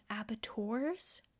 abattoirs